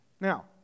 Now